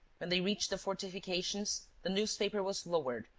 when they reached the fortifications, the newspaper was lowered,